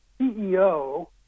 CEO –